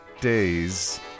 Days